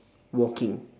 walking